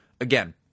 again